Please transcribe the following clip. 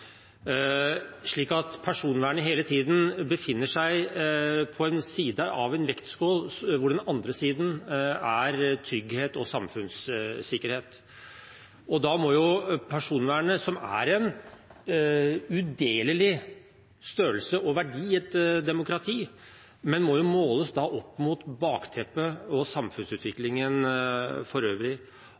at personvernet hele tiden befinner seg på en side av vekten, hvor vektskålen på den andre siden er trygghet og samfunnssikkerhet. Da må personvernet, som er en udelelig størrelse og verdi i et demokrati, måles opp mot bakteppet og samfunnsutviklingen for øvrig.